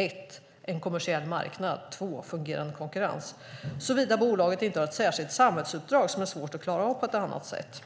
det första är en kommersiell marknad och för det andra fungerande konkurrens - såvida bolaget inte har ett särskilt samhällsuppdrag som är svårt att klara av på annat sätt.